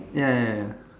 ya ya ya ya